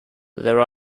there